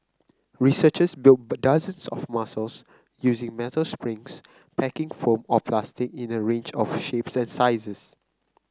researchers built dozens of muscles using metal springs packing foam or plastic in a range of shapes and sizes